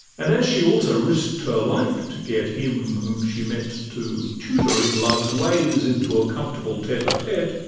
and as she also risk'd her life to get him whom she meant to tutor in love's ways into a comfortable tete-a-tete,